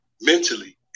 Mentally